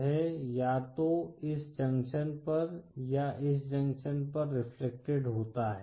यह या तो इस जंक्शन पर या इस जंक्शन पर रेफ्लेक्टेड होता है